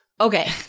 okay